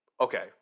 Okay